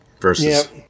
versus